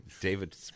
David